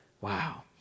Wow